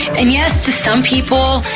and yes, to some people,